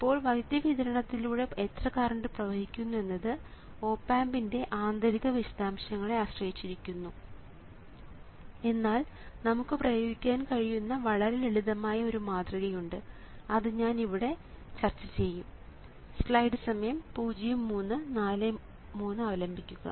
ഇപ്പോൾ വൈദ്യുതി വിതരണത്തിലൂടെ എത്ര കറന്റ് പ്രവഹിക്കുന്നു എന്നത് ഓപ് ആമ്പിന്റെ ആന്തരിക വിശദാംശങ്ങളെ ആശ്രയിച്ചിരിക്കുന്നു എന്നാൽ നമുക്ക് ഉപയോഗിക്കാൻ കഴിയുന്ന വളരെ ലളിതമായ ഒരു മാതൃകയുണ്ട് അത് ഞാൻ ഇപ്പോൾ ചർച്ച ചെയ്യും